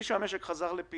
כמה חלופות חזרה הצגתם?